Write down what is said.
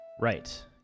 Right